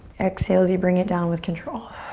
exhale as you bring it down with control.